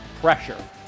pressure